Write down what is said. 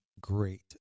great